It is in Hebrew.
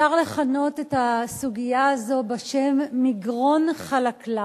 אפשר לכנות את הסוגיה הזאת בשם "מגרון חלקלק".